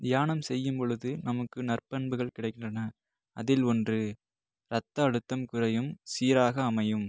தியானம் செய்யும்பொழுது நமக்கு நற்பண்புகள் கிடைக்கின்றன அதில் ஒன்று ரத்த அழுத்தம் குறையும் சீராக அமையும்